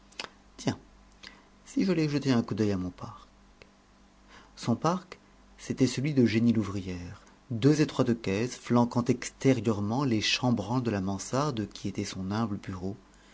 tiens si j'allais jeter un coup d'œil à mon parc son parc c'était celui de jenny l'ouvrière deux étroites caisses flanquant extérieurement les chambranles de la mansarde qui était son humble bureau